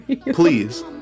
Please